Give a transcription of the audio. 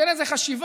אין איזו חשיבה,